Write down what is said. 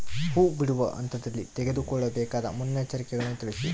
ಹೂ ಬಿಡುವ ಹಂತದಲ್ಲಿ ತೆಗೆದುಕೊಳ್ಳಬೇಕಾದ ಮುನ್ನೆಚ್ಚರಿಕೆಗಳನ್ನು ತಿಳಿಸಿ?